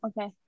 okay